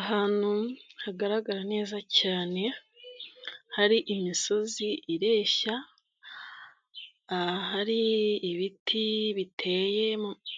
Ahantu hagaragara neza cyane, hari imisozi ireshya, hari ibiti biteye